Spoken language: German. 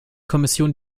kommission